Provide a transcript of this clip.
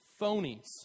phonies